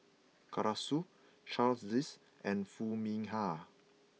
Arasu Charles Dyce and Foo Mee Har